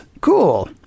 Cool